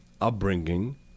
upbringing